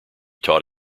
taught